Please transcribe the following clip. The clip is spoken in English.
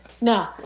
no